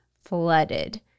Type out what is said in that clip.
flooded